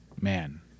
Man